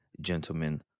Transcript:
gentlemen